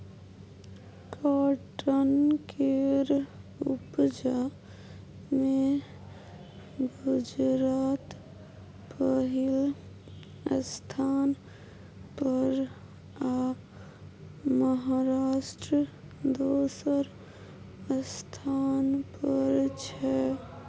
cotton केर उपजा मे गुजरात पहिल स्थान पर आ महाराष्ट्र दोसर स्थान पर छै